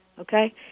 Okay